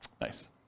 Nice